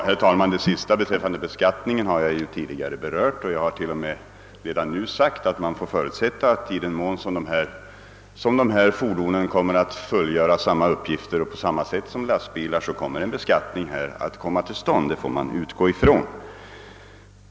Herr talman! Beskattningsfrågan har jag tidigare berört, och jag har även sagt att i den mån som dessa fordon kommer att fullgöra samma uppgifter som lastbilarna kan man förutsätta att skatt kommer att införas. Det kan vi utgå ifrån.